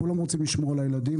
כולם רוצים לשמור על הילדים,